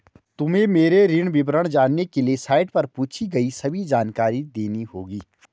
तुम्हें मेरे ऋण विवरण जानने के लिए साइट पर पूछी गई सभी जानकारी देनी होगी